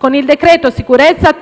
con il decreto sicurezza: